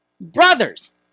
brothers